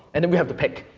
and then we have to pick,